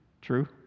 True